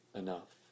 enough